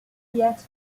yet